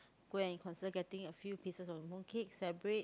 go and consider getting a few pieces of mooncake celebrate